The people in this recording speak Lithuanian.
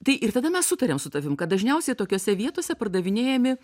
tai ir tada mes sutarėm su tavim kad dažniausiai tokiose vietose pardavinėjami